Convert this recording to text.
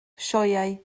sioeau